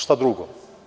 Šta drugo?